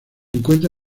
encuentra